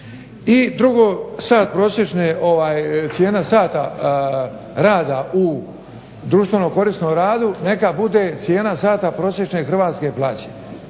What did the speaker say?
drugo, cijena sata rada u društveno korisnom radu neka bude cijena sata prosječne hrvatske plaće.